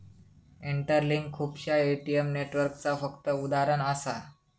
interlink खुपश्या ATM नेटवर्कचा फक्त उदाहरण असा